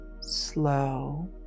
slow